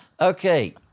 Okay